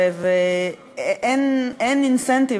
ואין אינסנטיב,